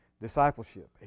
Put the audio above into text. discipleship